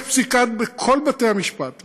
יש פסיקה מכל בתי-המשפט,